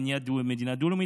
מניעת מדינה דו-לאומית,